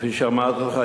כפי שאמרתי לך,